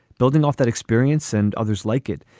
building off that experience and others like it.